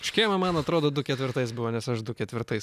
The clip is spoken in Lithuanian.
škėma man atrodo du ketvirtais buvo nes aš du ketvirtais